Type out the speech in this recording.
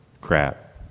crap